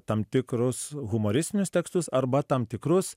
tam tikrus humoristinius tekstus arba tam tikrus